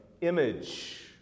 image